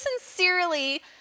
sincerely